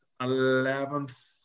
eleventh